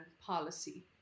policy